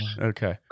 Okay